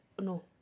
no